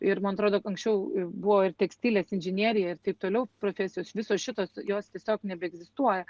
ir man atrodo anksčiau buvo ir tekstilės inžinerija ir taip toliau profesijos visos šitos jos tiesiog nebeegzistuoja